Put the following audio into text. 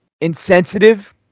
insensitive